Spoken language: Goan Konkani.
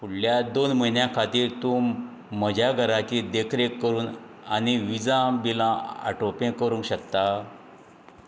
फुडल्या दोन म्हयन्यां खातीर तूं म्हज्या घराची देखरेख करून आनी वीजां बिलां ऑटोपे करूंक शकता